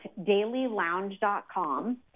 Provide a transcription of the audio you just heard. dailylounge.com